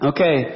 Okay